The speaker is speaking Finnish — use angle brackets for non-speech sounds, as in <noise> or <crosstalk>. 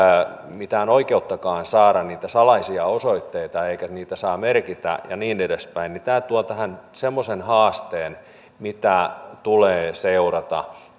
mitään oikeuttakaan saada niitä salaisia osoitteita eikä niitä saa merkitä ja niin edespäin niin tämä tuo tähän semmoisen haasteen mitä tulee seurata <unintelligible>